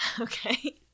Okay